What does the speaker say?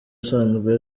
usanzwe